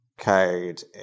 code